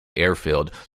airfield